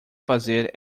fazer